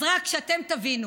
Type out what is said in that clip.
אז רק שאתם תבינו